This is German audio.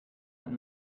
und